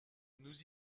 nous